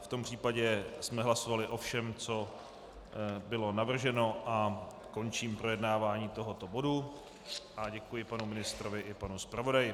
V tom případě jsme hlasovali o všem, co bylo navrženo, a končím projednávání tohoto bodu a děkuji panu ministrovi i panu zpravodaji.